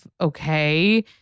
Okay